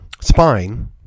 spine